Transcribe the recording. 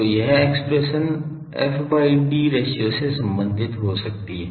तो यह expression f by d ratio से संबंधित हो सकती है